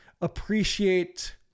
appreciate